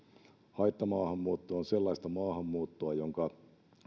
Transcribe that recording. haittamaahanmuutto on sellaista maahanmuuttoa jonka